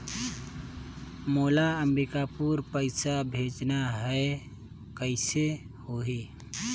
मोला अम्बिकापुर पइसा भेजना है, कइसे होही?